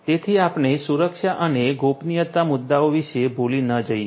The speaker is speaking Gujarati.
તેથી આપણે સુરક્ષા અને ગોપનીયતા મુદ્દાઓ વિશે ભૂલી ન જોઈએ